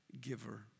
giver